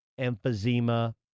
emphysema